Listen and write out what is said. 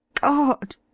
God